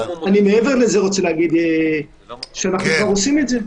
מעבר לזה אנחנו כבר עושים את זה.